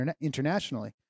internationally